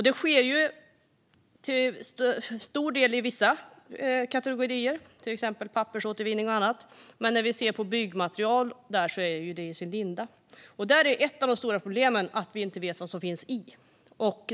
Det sker ju till stor del inom vissa kategorier, till exempel pappersåtervinning, medan byggmaterial är i sin linda. Där är ett av de stora problemen att vi inte vet vad som finns i.